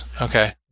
Okay